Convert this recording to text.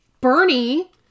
Bernie